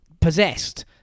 possessed